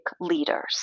leaders